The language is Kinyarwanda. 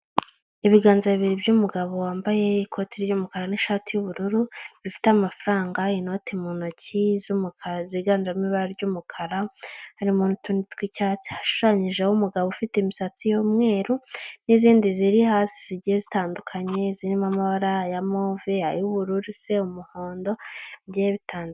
Ibiganza bibiri by'umugabo wambaye ikoti ry'umukara n'ishati y'ubururu, bifite amafaranga, inoti mu ntoki ziganjemo ibara ry'umukara, harimo n'utundi tw'icyatsi, ashushanyijeho umugabo, ufite imisatsi y'umweru n'izindi ziri hasi zigiye zitandukanye zirimo amabara ya move, ay'ubururu se, umuhondo bigiye bitandukanye.